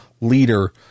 leader